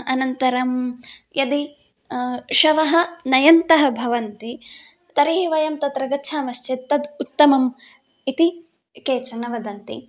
अनन्तरं यदि शवं नयन्तः भवन्ति तर्हि वयं तत्र गच्छामश्चेत् तत् उत्तमम् इति केचन वदन्ति